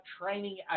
Training